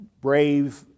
brave